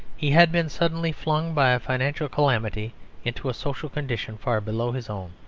he had been suddenly flung by a financial calamity into a social condition far below his own.